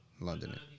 London